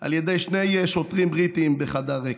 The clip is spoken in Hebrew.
על ידי שני שוטרים בריטים בחדר ריק,